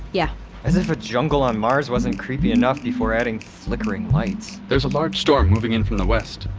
yeah as if a jungle on mars wasn't creepy enough before adding flickering lights. there's a large storm moving in from the west.